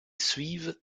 suivent